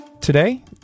Today